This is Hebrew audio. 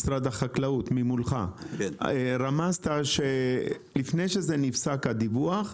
רמזת שלפני שנפסק הדיווח,